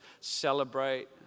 celebrate